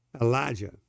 Elijah